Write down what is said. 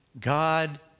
God